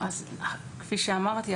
כפי שאמרתי,